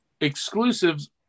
exclusives